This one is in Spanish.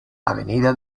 avenida